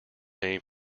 name